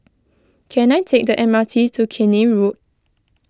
can I take the M R T to Keene Road